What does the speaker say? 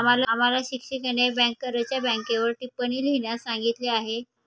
आम्हाला शिक्षिकेने बँकरच्या बँकेवर टिप्पणी लिहिण्यास सांगितली आहे